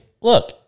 look